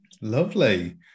Lovely